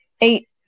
eight